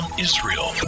israel